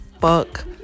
fuck